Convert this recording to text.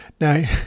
Now